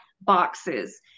boxes